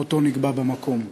מותו נקבע במקום,